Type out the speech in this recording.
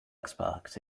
xbox